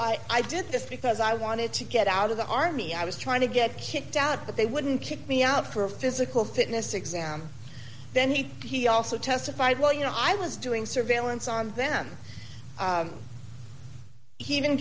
i i did this because i wanted to get out of the army i was trying to get kicked out but they wouldn't kick me out for physical fitness exam then he he also testified well you know i was doing surveillance on them he even